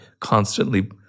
constantly